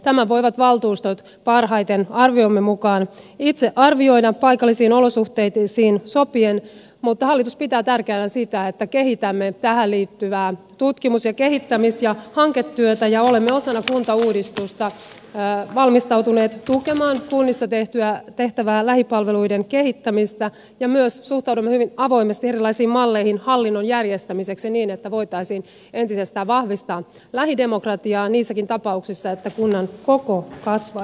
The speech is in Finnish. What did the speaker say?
tämän voivat valtuustot parhaiten arviomme mukaan itse arvioida paikallisiin olosuhteisiin sopien mutta hallitus pitää tärkeänä sitä että kehitämme tähän liittyvää tutkimus ja kehittämis ja hanketyötä ja olemme osana kuntauudistusta valmistautuneet tukemaan kunnissa tehtävää lähipalveluiden kehittämistä ja myös suhtaudumme hyvin avoimesti erilaisiin malleihin hallinnon järjestämiseksi niin että voitaisiin entisestään vahvistaa lähidemokratiaa niissäkin tapauksissa että kunnan koko kasvaisi